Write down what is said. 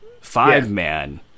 five-man